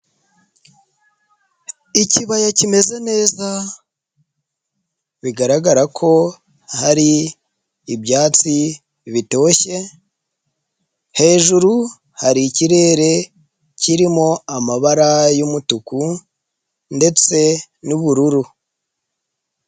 Ikibaya kimeze neza bigaragara ko hari ibyatsi bitoshye, hejuru hari ikirere kirimo amabara y'umutuku ndetse n'ubururu.